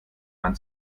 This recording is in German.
man